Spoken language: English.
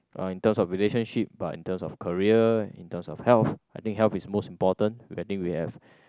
uh in terms of relationship but in terms of career in terms of health I think health is most important i think we have